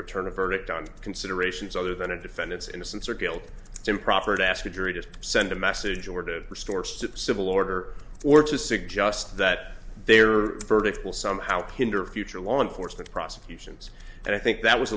return a verdict on considerations other than a defendant's innocence or guilt it's improper to ask a jury to send a message or to restore some civil order or to suggest that they are verdict will somehow hinder future law enforcement prosecutions and i think that was